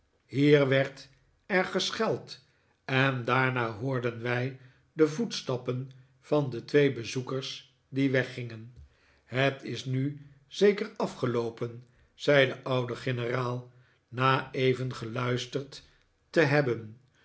hier werd er gescheld en daarna hoorden wij de voetstappen van de twee bezoekers die weggingen het is nu zeker afgeloopen zei de david copperfield oude generaal na even geluisterd te hebben